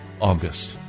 August